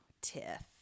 Tiff